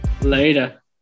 Later